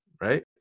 right